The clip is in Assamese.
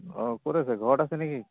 অঁ ক'ত আছে ঘৰত আছে নেকি